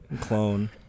Clone